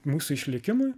mūsų išlikimui